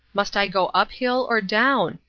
must i go up hill or down?